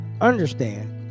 understand